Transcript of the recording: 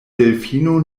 delfino